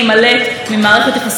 יותר כסף לחינוך,